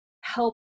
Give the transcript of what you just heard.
help